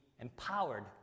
empowered